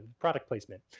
product placement.